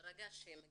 ברגע שהם מגישים,